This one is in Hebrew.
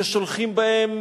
ששולחים בהם